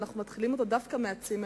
ואנחנו מתחילים דווקא מהצימרים.